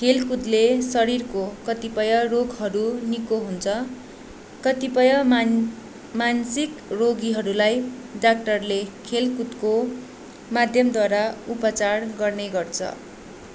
खेलकुदले शरीरको कतिपय रोगहरू निको हुन्छ कतिपय मान मानसिक रोगीहरूलाई डाक्टरले खेलकुदको माध्यमद्वारा उपचार गर्ने गर्छ